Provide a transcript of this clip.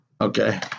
Okay